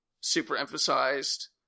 super-emphasized